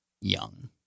young